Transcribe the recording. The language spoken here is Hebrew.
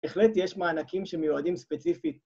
‫בהחלט יש מענקים ‫שמיועדים ספציפית.